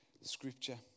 scripture